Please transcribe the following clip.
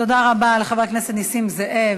תודה רבה לחבר הכנסת נסים זאב.